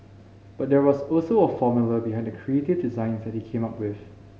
but there was also a formula behind the creative designs that he came up with